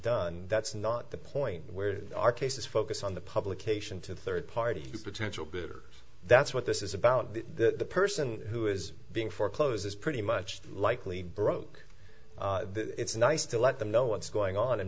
done that's not the point where our cases focus on the publication to third party potential good or that's what this is about the person who is being foreclosed is pretty much likely broke it's nice to let them know what's going on and